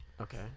Okay